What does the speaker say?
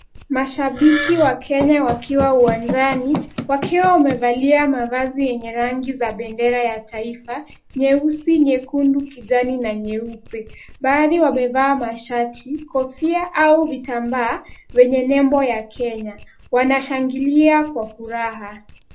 Mashabiki wa Kenya wakiwa uwanjani wakiwa wamevalia mavazi yenye rangi za bendera ya taifa nyeusi, nyekundu, kijani na nyeupe. Baadhi wamevaa mashati, kofia au vitambaa vyenye nembo ya Kenya. Wanashangilia kwa furaha.